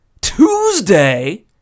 Tuesday